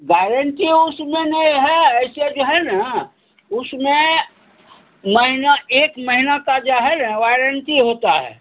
guarantee उसमें नहीं है ऐसे जो है न उसमें महिना एक महीना का जो है न वारंटी होता है